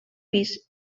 pis